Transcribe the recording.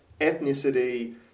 ethnicity